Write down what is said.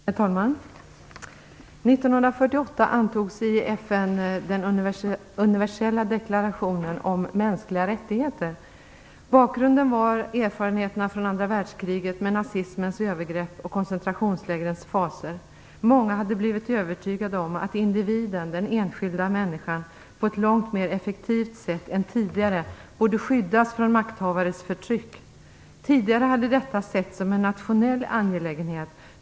Herr talman! 1948 antogs i FN den universella deklarationen om mänskliga rättigheter. Bakgrunden var erfarenheterna från andra världskriget, med nazismens övergrepp och koncentrationslägrens fasor. Många hade blivit övertygade om att individen, den enskilda människan, på ett långt mer effektivt sätt än tidigare borde skyddas från makthavares förtryck. Tidigare hade detta setts som en nationell angelägenhet.